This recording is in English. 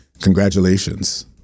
congratulations